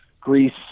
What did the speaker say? Greece